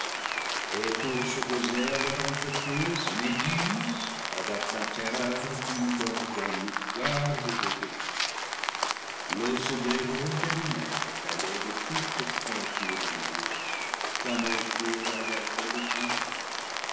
et pour s'opposer à leur entreprise méduse avec la terreur d'une gorgone garde le gué l'eau se dérobe d'elle-même au palais de toute créature vivante comme elle fuyait la lèvre de tantale